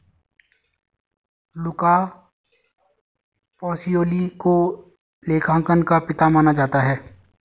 लुका Pacioli को लेखांकन का पिता माना जाता है